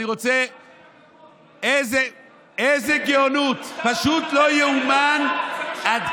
איזו גאונות, פשוט לא יאומן עד